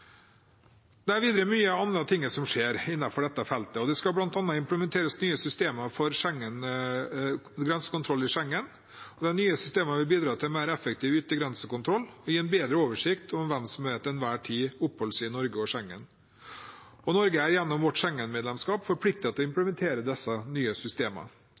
Det er videre mange andre ting som skjer innenfor dette feltet. Det skal bl.a. implementeres nye systemer for grensekontroll i Schengen. De nye systemene vil bidra til mer effektiv yttergrensekontroll og gi en bedre oversikt over hvem som til enhver tid oppholder seg i Norge og Schengen. Norge er gjennom sitt Schengen-medlemskap forpliktet til å implementere disse nye systemene,